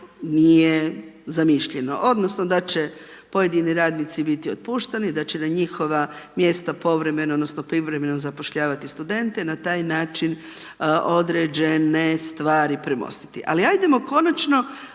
nije zamišljeno, odnosno da će pojedini radnici biti otpušteni, da će na njihova mjesta povremeno, odnosno privremeno zapošljavati studente i na taj način određene stvari premostiti. Ali ajdemo konačno